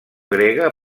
grega